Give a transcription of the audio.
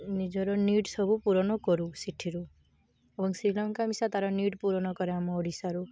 ନିଜର ନିଡ଼୍ ସବୁ ପୂରଣ କରୁ ସେଇଥିରୁ ଏବଂ ଶ୍ରୀଲଙ୍କା ମିଶା ତାର ନିଡ଼୍ ପୂରଣ କରେ ଆମ ଓଡ଼ିଶାରୁ